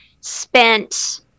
spent